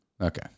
Okay